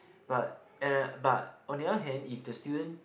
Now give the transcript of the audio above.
but and I but on the other hand if the student